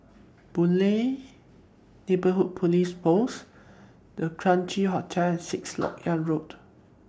Boon Lay Neighbourhood Police Post The Quincy Hotel Sixth Lok Yang Road